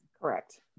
Correct